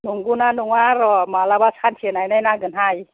नंगौना नङा र' माब्लाबा सानसे नायनाय नायगोन हाय